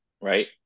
Right